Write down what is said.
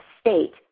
state